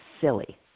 silly